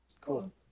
Cool